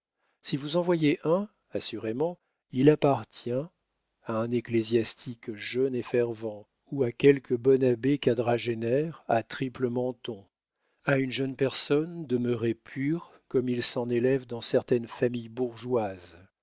si vous en voyez un assurément il appartient à un ecclésiastique jeune et fervent ou à quelque bon abbé quadragénaire à triple menton à une jeune personne de mœurs pures comme il s'en élève dans certaines familles bourgeoises